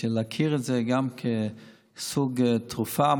להכיר בזה גם כסוג של תרופה,